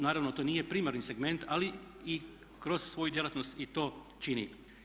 Naravno to nije primarni segment ali i kroz svoju djelatnost i to čini.